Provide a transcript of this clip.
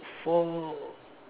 four